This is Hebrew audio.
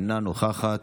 אינה נוכחת,